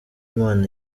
imana